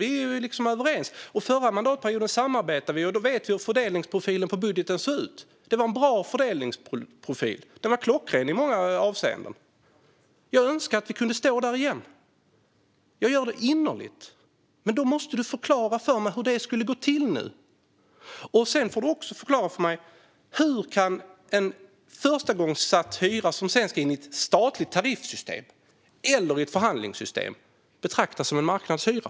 Vi är liksom överens. Förra mandatperioden samarbetade vi, och då vet vi hur fördelningsprofilen på budgeten såg ut. Det var en bra fördelningsprofil. Den var i många avseenden klockren. Jag önskar att vi kunde stå där igen. Jag gör det innerligt. Men du måste förklara för mig hur det skulle gå till nu. Du får också förklara för mig hur en förstagångssatt hyra som ska in i ett statligt tariffsystem eller ett förhandlingssystem kan betraktas som en marknadshyra.